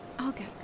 Okay